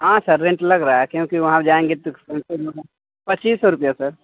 हाँ sir rent लग रहा है क्याेंकि वहाँ जाएँगे तो पच्चीस सौ रुपिया सर